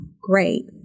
Great